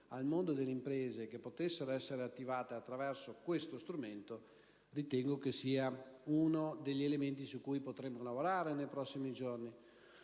al mondo delle imprese che potessero essere attivate attraverso questo strumento; ritengo sia uno degli elementi su cui potremmo lavorare nei prossimi giorni.